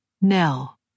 Nell